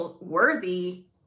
worthy